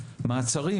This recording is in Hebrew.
מתי עושים מעצרים